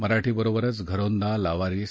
मराठी बरोबरच घरोंदा लावारिस